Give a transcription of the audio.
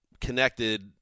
connected